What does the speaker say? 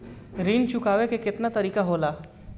ऋण चुकाने के केतना तरीका होला?